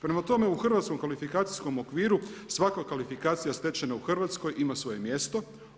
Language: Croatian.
Prema tome u Hrvatskom kvalifikacijskom okviru svaka kvalifikacija stečena u Hrvatskoj ima svoje mjesto.